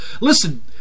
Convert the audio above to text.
Listen